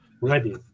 ready